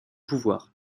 pouvoir